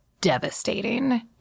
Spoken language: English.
devastating